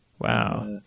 wow